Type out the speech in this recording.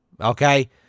okay